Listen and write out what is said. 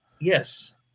yes